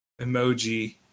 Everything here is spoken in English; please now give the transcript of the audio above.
emoji